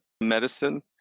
medicine